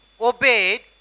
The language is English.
obeyed